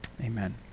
Amen